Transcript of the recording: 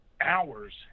hours